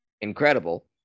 incredible